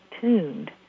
tuned